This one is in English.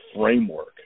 framework